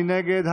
מי נגד?